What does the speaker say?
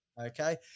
Okay